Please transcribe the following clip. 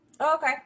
Okay